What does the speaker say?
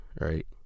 right